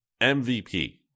MVP